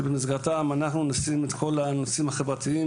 שבמסגרתם אנחנו נשים את כל הנושאים החברתיים,